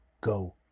go